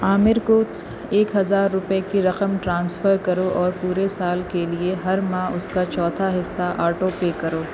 عامر کو ایک ہزار روپے کی رقم ٹرانسفر کرو اور پورے سال کے لیے ہر ماہ اس کا چوتھا حصہ آٹو پے کرو